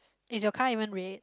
is your car even red